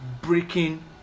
breaking